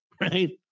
right